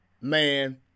man